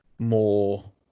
more